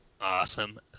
Awesome